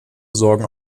sorgen